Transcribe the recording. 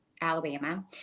Alabama